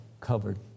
covered